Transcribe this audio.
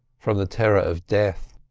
from the terror of death.